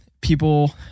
people